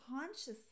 consciously